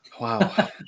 Wow